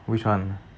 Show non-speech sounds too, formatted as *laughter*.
which one *breath*